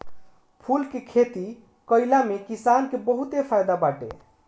फूल के खेती कईला में किसान के बहुते फायदा बाटे